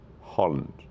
Holland